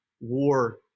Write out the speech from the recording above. war